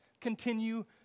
continue